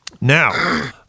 now